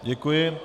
Děkuji.